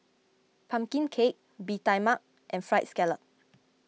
Pumpkin Cake Bee Tai Mak and Fried Scallop